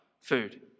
food